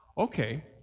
okay